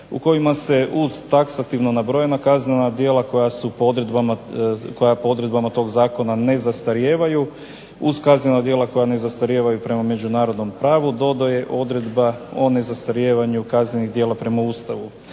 u kojima se uz taksativno nabrojena kaznena djela koja po odredbama tog zakona ne zastarijevaju, uz kaznena djela koja ne zastarijevaju prema međunarodnom pravu dodaje odredba o nezastarijevanju kaznenih djela prema Ustavu.